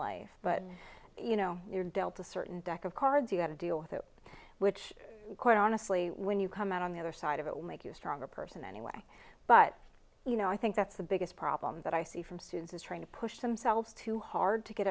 life but you know you're dealt a certain deck of cards you have to deal with it which quite honestly when you come out on the other side of it will make you a stronger person anyway but you know i think that's the biggest problem that i see from students is trying to push themselves too hard to get